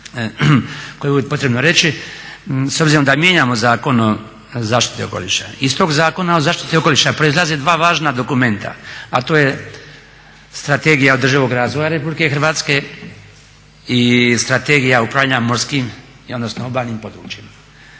je uvijek potrebno reći. S obzirom da mijenjamo Zakon o zaštiti okoliša, iz tog Zakona o zaštiti okoliša proizlaze dva važna dokumenta, a to je Strategija održivog razvoja Republike Hrvatske i Strategija upravljanja morskim, odnosno obalnim područjima.